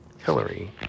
Hillary